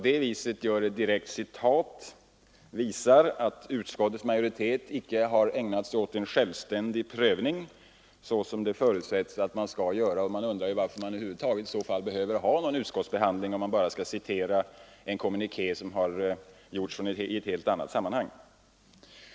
Det visar att utskottsmajoriteten inte har gjort någon självständig prövning, så som förutsätts. Varför har vi över huvud taget en utskottsbehandling, om utskottet bara skall citera en kommuniké som gjorts i ett helt annat sammanhang?